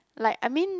like I mean